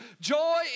Joy